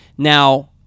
Now